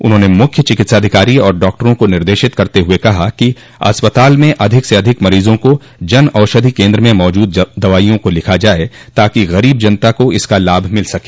उन्होंने मुख्य चिकित्साधिकारी और डॉक्टरों को निर्देशित करते हुए कहा कि अस्पताल में अधिक से अधिक मरीजों को जन औषधि केन्द्र में मौजूद दवाइयों को लिखा जाये ताकि गरीब जनता को इसका लाभ मिल सके